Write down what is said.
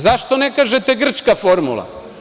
Zašto ne kažete grčka formula?